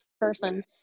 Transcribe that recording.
person